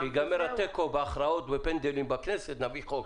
כשייגמר התיקו וההכרעות בפנדלים בכנסת, נביא חוק.